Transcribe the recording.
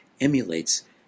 emulates